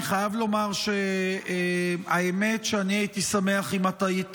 אני חייב לומר שהאמת שהייתי שמח אם היית